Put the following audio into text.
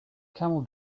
camel